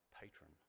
patron